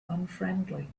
unfriendly